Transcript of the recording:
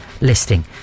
listing